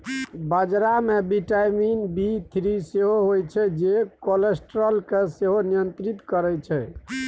बजरा मे vitamin B three सेहो होइ छै जे कोलेस्ट्रॉल केँ सेहो नियंत्रित करय छै